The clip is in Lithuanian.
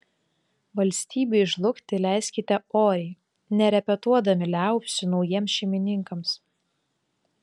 valstybei žlugti leiskite oriai nerepetuodami liaupsių naujiems šeimininkams